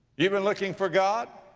you've been looking for god,